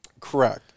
Correct